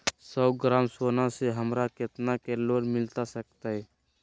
सौ ग्राम सोना से हमरा कितना के लोन मिलता सकतैय?